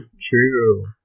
True